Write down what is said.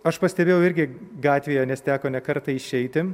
aš pastebėjau irgi gatvėje nes teko ne kartą išeiti